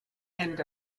end